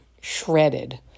shredded